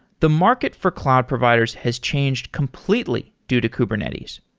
the market for cloud providers has changed completely due to kubernetes.